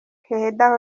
keheda